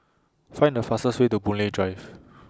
Find The fastest Way to Boon Lay Drive